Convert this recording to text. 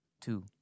Two